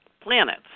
planets